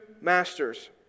masters